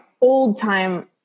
old-time